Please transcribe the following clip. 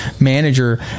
manager